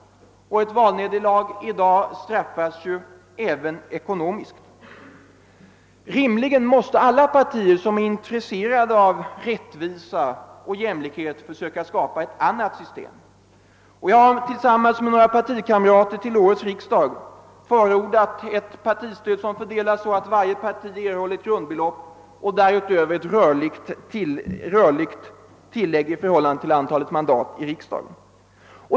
Ett valnederlag i dag straffas ekonomiskt även där. Rimligen måste alla partier som är intresserade av rättvisa och jämlikhet försöka skapa ett annat system för partistödet. Jag har tillsammans med några partikamrater i en motion till årets riksdag förordat ett partistöd som fördelas så, att varje parti erhåller ett grundbelopp och därutöver ett rörligt tillägg i förhållande till antalet mandat i riks dagen.